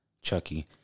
Chucky